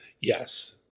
Yes